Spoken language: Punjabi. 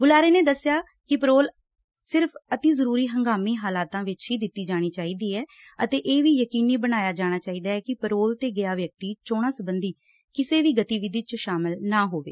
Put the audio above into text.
ਬੁਲਾਰੇ ਨੇ ਦੱਸਿਆ ਕਿ ਪੈਰੋਲ ਸਿਰਫ ਅਤਿ ਜ਼ਰੂਰੀ ਹੰਗਾਮੀ ਹਾਲਾਤਾਂ ਵਿੱਚ ਹੀ ਦਿੱਤੀ ਜਾਣੀ ਹੈ ਅਤੇ ਇਹ ਵੀ ਯਕੀਨੀ ਬਣਾਇਆ ਜਾਣੈ ਕਿ ਪੈਰੋਲ ਤੇ ਗਿੱਆ ਵਿਅਕਤੀ ਚੋਣਾਂ ਸਬੰਧੀ ਕਿਸੇ ਵੀ ਗਤੀਵਿਧੀ ਚ ਸ਼ਾਮਿਲ ਨਾ ਹੋਵੇ